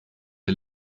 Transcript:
der